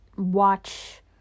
watch